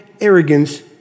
Arrogance